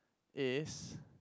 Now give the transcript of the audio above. is